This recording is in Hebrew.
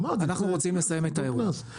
אנחנו רוצים לסיים את האירוע.